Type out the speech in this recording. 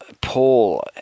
Paul